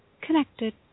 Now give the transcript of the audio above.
connected